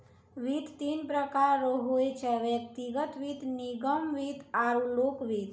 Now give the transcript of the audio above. वित्त तीन प्रकार रो होय छै व्यक्तिगत वित्त निगम वित्त आरु लोक वित्त